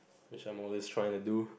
which I'm always trying to do